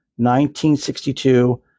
1962